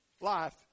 life